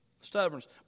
Stubbornness